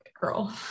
girl